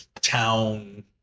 town